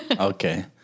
Okay